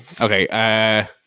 Okay